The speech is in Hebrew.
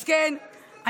אז כן,